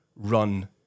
run